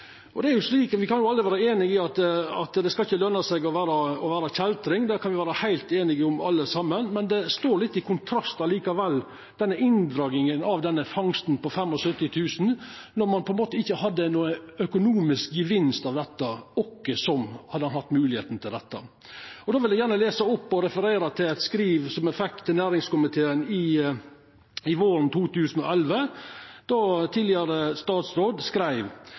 kan alle vera einige i at det ikkje skal løna seg å vera kjeltring – det kan me vera heilt einige om alle saman. Men det står likevel litt i kontrast til inndraginga av denne fangsten for 75 000 kr når ein på ein måte ikkje hadde nokon økonomisk gevinst av dette – åkkesom hadde han hatt moglegheita til dette. Då vil eg gjerne lesa opp og referera til eit skriv som ein fekk i næringskomiteen våren 2011, då tidlegare statsråd skreiv: